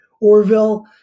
Orville